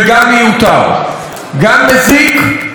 גם מזיק וגם פוגע.